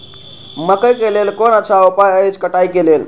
मकैय के लेल कोन अच्छा उपाय अछि कटाई के लेल?